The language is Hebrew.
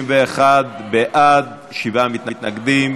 בכל אופן, התוצאה היא כזאת: 51 בעד, שבעה מתנגדים.